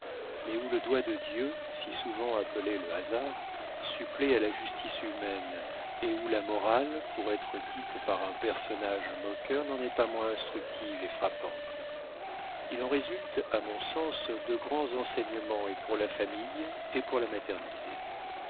mais où le doigt de dieu si souvent appelé le hasard supplée à la justice humaine et où la morale pour être dite par un personnage moqueur n'en est pas moins instructive et frappante il en résulte à mon sens de grands enseignements et pour la famille et pour la maternité